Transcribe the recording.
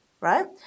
right